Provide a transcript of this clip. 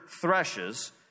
threshes